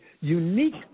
unique